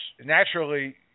Naturally